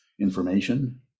information